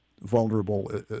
vulnerable